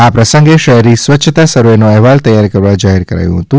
આ પ્રસંગે શહેરી સ્વચ્છતા સર્વેનો અહેવાલ તૈયાર કરવા જાહેર કરાયું હતું